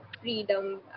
freedom